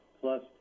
Plus